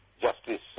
justice